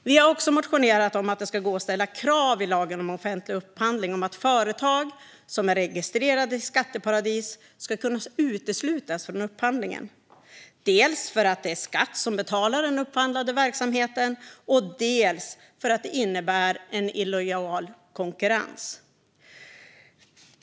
Vi har också motionerat om att det ska gå att ställa krav i lagen om offentlig upphandling på att företag som är registrerade i skatteparadis ska uteslutas från upphandlingen, dels för att det är skatt som betalar den upphandlade verksamheten, dels för att det innebär en illojal konkurrens.